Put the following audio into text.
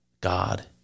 God